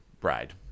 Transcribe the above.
bride